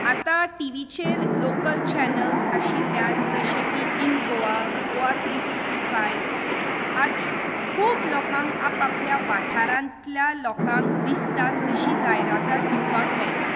आतां टिवीचेर local channels आशिल्ल्यान जशे की in Goa Goa three sixty five आदी खूब लोकांक आप आपल्या वाठारांतल्या लोकांक दिसता तशी जायराती दिवपाक मेळटात